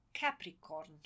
Capricorn